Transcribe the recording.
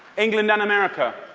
england and america,